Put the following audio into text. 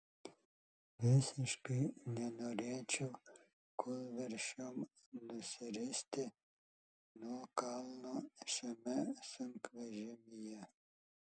visiškai nenorėčiau kūlversčiom nusiristi nuo kalno šiame sunkvežimyje